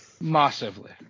Massively